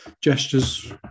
gestures